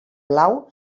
blau